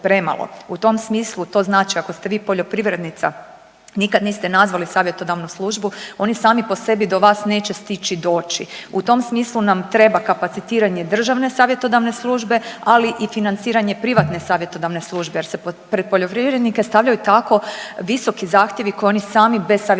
U tom smislu to znači ako ste vi poljoprivrednica, nikad niste nazvali savjetodavnu službu oni sami po sebi do vas neće stići doći. U tom smislu nam treba kapacitiranje državne savjetodavne službe, ali i financiranje privatne savjetodavne službe jer pred poljoprivrednike stavljaju tako visoki zahtjevi koje oni sami bez savjetodavaca neće